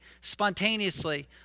spontaneously